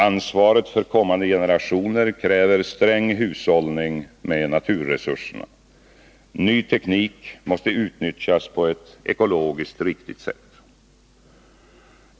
Ansvaret för kommande generationer kräver sträng hushållning med naturresurserna. Ny teknik måste utnyttjas på ett ekologiskt riktigt sätt.